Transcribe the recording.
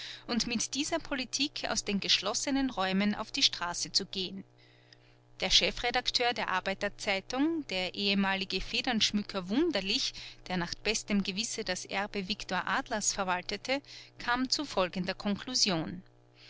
und mit dieser politik aus den geschlossenen räumen auf die straße zu gehen der chefredakteur der arbeiter zeitung der ehemalige federnschmücker wunderlich der nach bestem gewissen das erbe viktor adlers verwaltete kam zu folgender konklusion